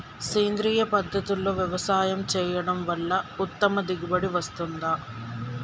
సేంద్రీయ పద్ధతుల్లో వ్యవసాయం చేయడం వల్ల ఉత్తమ దిగుబడి వస్తుందా?